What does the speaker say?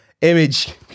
image